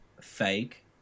fake